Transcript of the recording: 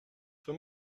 for